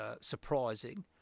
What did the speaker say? surprising